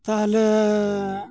ᱛᱟᱦᱚᱞᱮᱻ